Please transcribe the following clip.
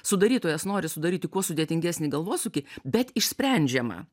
sudarytojas nori sudaryti kuo sudėtingesnį galvosūkį bet išsprendžiamą